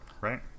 Right